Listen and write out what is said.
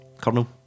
Colonel